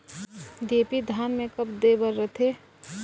DAP धान मे कब दे बर रथे?